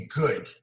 good